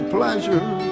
Pleasure